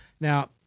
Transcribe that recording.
Now